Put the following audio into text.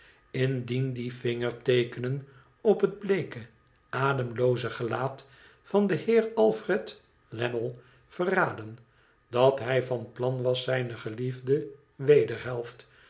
incsen die vingerteekenen op het bleeke ademlooze gelaat van den heer alfred lammie verraden dat hij van plan was zijne geliefde wederhelft